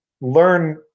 learn